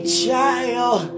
child